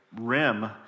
rim